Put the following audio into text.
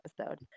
episode